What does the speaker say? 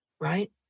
right